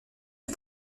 eut